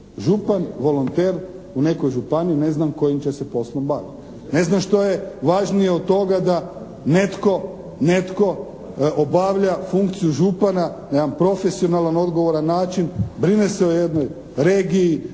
Župan volonter u nekoj županiji ne znam kojim će se poslom baviti. Ne znam što je važnije od toga da netko, netko obavlja funkciju župana na jedan profesionalan, odgovoran način. Brine se o jednoj regiji,